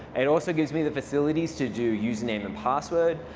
it also gives me the facilities to do username and password,